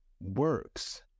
works